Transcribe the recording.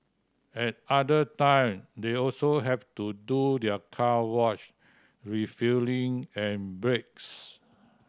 at other time they also have to do their car wash refuelling and breaks